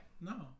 No